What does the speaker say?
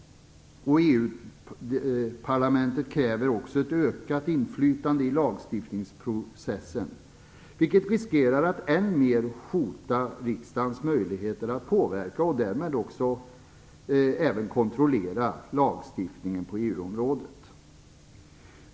EU-parlamentet kräver också ett ökat inflytande över lagstiftningsprocessen, vilket riskerar att än mer hota riksdagens möjligheter att påverka och därmed också även kontrollera lagstiftningen på EU-området.